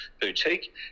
boutique